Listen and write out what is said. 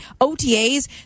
OTAs